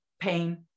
pain